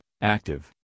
active